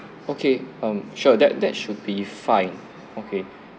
okay um sure that that should be fine okay